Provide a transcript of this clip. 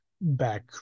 back